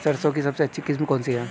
सरसों की सबसे अच्छी किस्म कौन सी है?